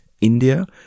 India